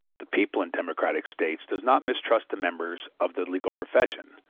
the people in democratic states does not mistrust the members of the legal profession,